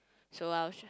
so I'll sh~